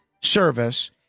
service